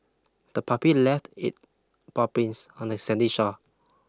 the puppy left it paw prints on the sandy shore